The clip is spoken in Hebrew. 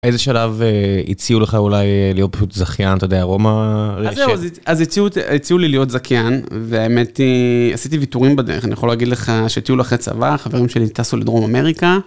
איזה שלב הציעו לך אולי להיות פשוט זכיין, אתה יודע, רומא ראשי. אז הציעו לי להיות זכיין, והאמת היא, עשיתי ויתורים בדרך, אני יכול להגיד לך שטיול אחרי צבא, חברים שלי טסו לדרום אמריקה.